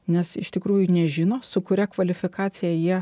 nes iš tikrųjų nežino su kuria kvalifikacija jie